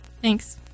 Thanks